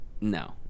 No